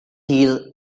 deal